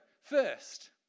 first